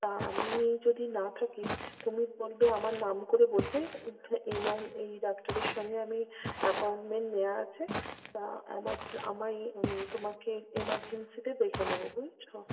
তা আমি যদি না থাকি তুমি বলবে আমার নাম করে বলবে ইমন এই ডাক্তারের সাথে আমি অ্যাপয়েন্টমেন্ট নেওয়া আছে আমার আমায় তোমাকে এমার্জেন্সিতে দেখে নেবো বুঝেছো